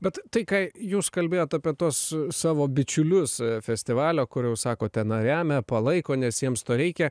bet tai ką jūs kalbėjot apie tuos savo bičiulius festivalio kur jau sakot ten remia palaiko nes jiems to reikia